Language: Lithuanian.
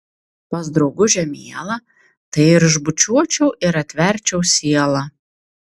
pas draugužę mielą tai ir išbučiuočiau ir atverčiau sielą